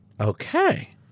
Okay